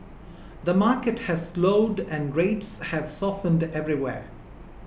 the market has slowed and rates have softened everywhere